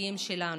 הבסיסיים שלנו.